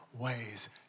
ways